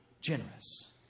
generous